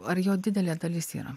ar jo didelė dalis yra